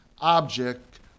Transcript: object